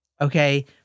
okay